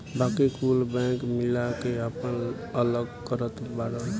बाकी कुल बैंक मिला के आपन अलग करत बाड़न